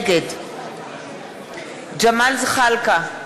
נגד ג'מאל זחאלקה,